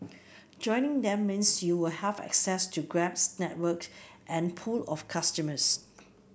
joining them means you'll have access to Grab's network and pool of customers